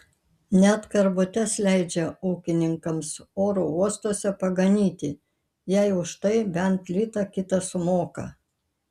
net karvutes leidžia ūkininkams oro uostuose paganyti jei už tai bent litą kitą sumoka